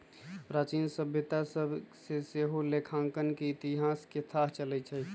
प्राचीन सभ्यता सभ से सेहो लेखांकन के इतिहास के थाह चलइ छइ